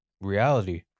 reality